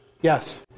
Yes